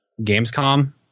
Gamescom